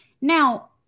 Now